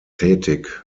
tätig